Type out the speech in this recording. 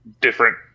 different